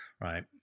right